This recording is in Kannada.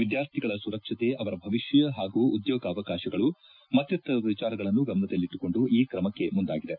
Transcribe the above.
ವಿದ್ಯಾರ್ಥಿಗಳ ಸುರಕ್ಷತೆ ಅವರ ಭವಿಷ್ಯ ಹಾಗೂ ಉದ್ಯೋಗಾವಕಾಶಗಳು ಮತ್ತಿತರ ವಿಚಾರಗಳನ್ನು ಗಮನದಲ್ಲಿಟ್ಟಿಕೊಂಡು ಈ ಕ್ರಮಕ್ಕೆ ಮುಂದಾಗಿದೆ